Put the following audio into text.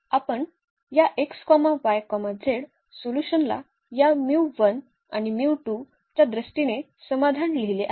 आपण या x y z सोल्यूशनला या आणि च्या दृष्टीने समाधान लिहिले आहे